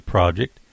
Project